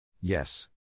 Yes